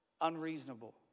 unreasonable